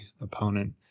opponent